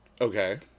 okay